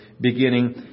beginning